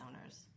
owners